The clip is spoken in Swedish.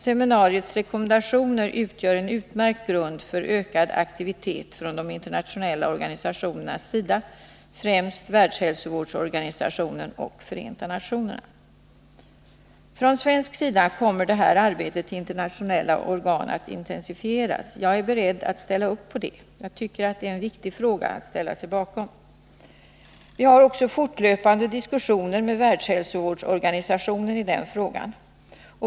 Seminariets rekommendationer utgör en utmärkt grund för ökad aktivitet från de internationella organisationernas sida, främst Världshälsoorganisationen och Förenta nationerna. Från svensk sida kommer arbetet i internationella organ att intensifieras. Jag är beredd att ställa upp på det, eftersom jag tycker att detta är en viktig fråga att ställa sig bakom. Vi har också fortlöpande diskussioner med Världshälsoorganisationen i frågan.